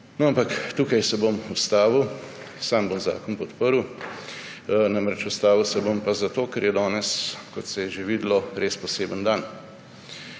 Ampak tukaj se bom ustavil. Sam bom zakon podprl. Ustavil se bom pa zato, ker je danes, kot se je že videlo, res poseben dan.